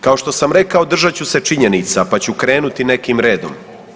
Kao što sam rekao držat ću se činjenica pa ću krenuti nekim redom.